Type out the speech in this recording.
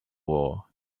war